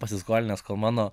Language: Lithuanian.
pasiskolinęs kol mano